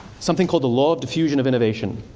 something called the law of diffusion of innovation,